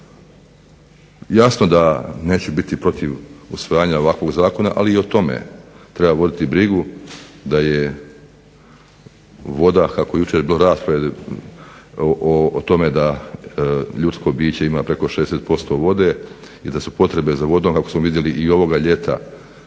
Jasno da neću biti protiv usvajanja ovakvog zakona ali i o tome treba voditi brigu da je voda kako je jučer bilo rasprave o tome da ljudsko biće ima preko 60% vode i da su potrebe za vodom kako smo vidjeli i ovoga ljeta